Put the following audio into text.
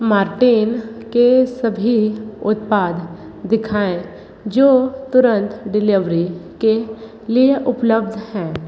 Mortein के सभी उत्पाद दिखाएँ जो तुरंत डिलीवरी के लिए उपलब्ध हैं